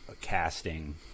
casting